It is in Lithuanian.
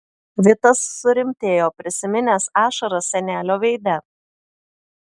vitas surimtėjo prisiminęs ašaras senelio veide